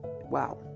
wow